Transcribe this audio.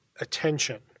attention